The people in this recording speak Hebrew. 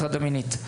הטרדה מינית.